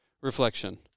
Reflection